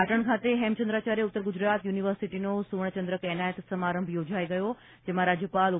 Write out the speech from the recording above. પાટણ ખાતે હેમચંદ્રાચાર્ય ઉત્તર ગુજરાત યુનિવર્સિટીનો સુવર્ણચંદ્રક એનાયત સમારંભ યોજાઇ ગયો જેમાં રાજ્યપાલ ઓ